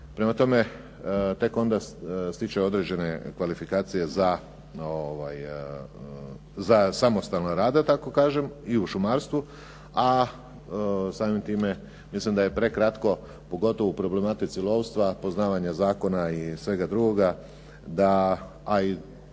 prema tome tek onda stiče određene kvalifikacije za samostalni rad, da tako kažem, i u šumarstvu, a samim time mislim da je prekratko, pogotovo u problematici lovstva, poznavanja zakona i svega drugoga da,